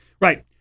Right